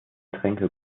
getränke